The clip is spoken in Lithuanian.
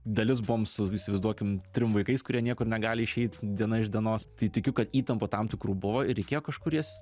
dalis buvom su įsivaizduokim trim vaikais kurie niekur negali išeit diena iš dienos tai tikiu kad įtampa tam tikrų buvo ir reikėjo kažkur jas